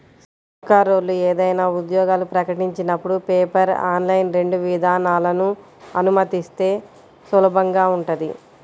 సర్కారోళ్ళు ఏదైనా ఉద్యోగాలు ప్రకటించినపుడు పేపర్, ఆన్లైన్ రెండు విధానాలనూ అనుమతిస్తే సులభంగా ఉంటది